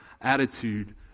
attitude